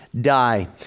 die